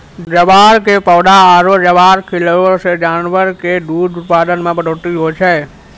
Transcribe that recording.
ज्वार के पौधा आरो ज्वार खिलैला सॅ जानवर के दूध उत्पादन मॅ बढ़ोतरी होय छै